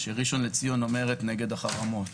והקמפיין הוא שראשון לציון אומרת שהיא נגד החרמות.